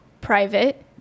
private